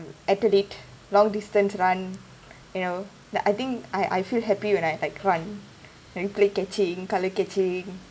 athlete long distance run you know that I think I I feel happy when I like run and play catching color catching